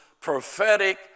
prophetic